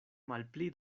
malpli